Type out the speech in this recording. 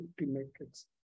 metrics